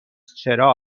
چرا